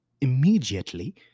immediately